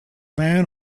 man